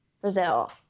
Brazil